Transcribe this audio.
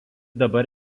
dabar